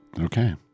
Okay